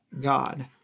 God